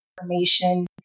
information